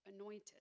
anointed